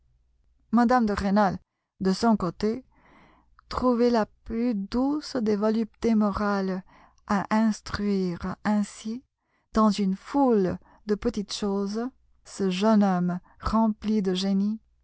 mme de rênal de son côté trouvait la plus douce des voluptés morales à instruire ainsi dans une foule de petites choses ce jeune homme rempli de génie